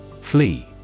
Flee